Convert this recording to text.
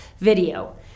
video